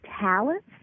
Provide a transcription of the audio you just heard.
talents